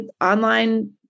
online